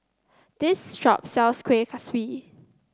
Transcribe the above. this shop sells Kuih Kaswi